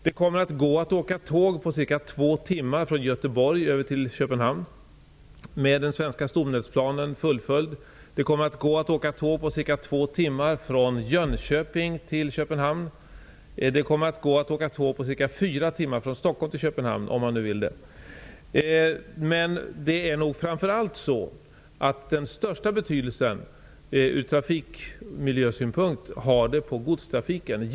Det kommer att gå att åka tåg på cirka två timmar från Göteborg över till Köpenhamn, när den svenska stomnätsplanen är fullföljd. Det kommer att gå att åka tåg från Jönköping till Köpenhamn på cirka två timmar. Det kommer att gå att åka tåg från Stockholm till Köpenhamn på cirka fyra timmar, om man nu vill det. Den största betydelsen ur trafikmiljösynpunkt har bron nog för godstrafiken.